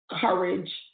courage